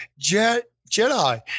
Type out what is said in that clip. Jedi